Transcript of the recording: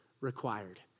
required